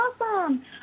awesome